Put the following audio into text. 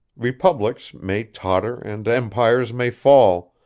republics may totter and empires may fall,